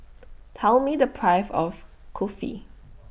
Tell Me The Price of Kulfi